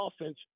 offense